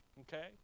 Okay